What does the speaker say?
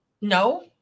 No